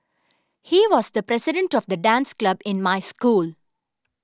he was the president of the dance club in my school